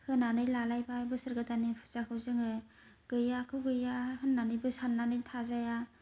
होनानै लालायबाय बोसोर गोदाननि फुजाखौ जोङो गैयाखौ गैया होन्नानैबो सान्नानै थाजाया